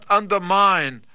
undermine